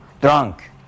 drunk